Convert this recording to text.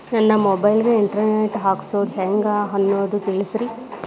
ನನ್ನ ಮೊಬೈಲ್ ಗೆ internet ಹಾಕ್ಸೋದು ಹೆಂಗ್ ಅನ್ನೋದು ತಿಳಸ್ರಿ